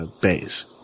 base